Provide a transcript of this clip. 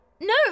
No